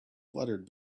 fluttered